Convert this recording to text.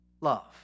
Love